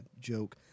joke